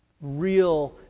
real